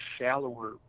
shallower